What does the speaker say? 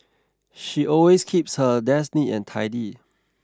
she always keeps her desk neat and tidy